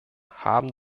haben